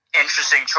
Interesting